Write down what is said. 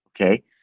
Okay